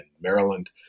Maryland